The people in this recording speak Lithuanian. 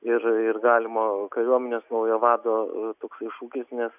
ir ir galimo kariuomenės naujo vado toks iššūkis nes